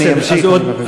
בבקשה, אדוני ימשיך.